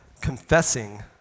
confessing